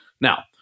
Now